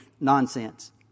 Nonsense